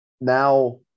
now